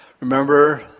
Remember